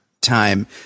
time